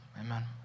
Amen